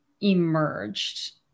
emerged